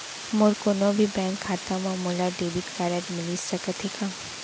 मोर कोनो भी बैंक खाता मा मोला डेबिट कारड मिलिस सकत हे का?